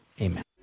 Amen